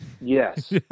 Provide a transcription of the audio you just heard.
Yes